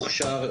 מוכשר,